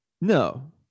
No